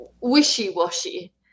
wishy-washy